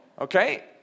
Okay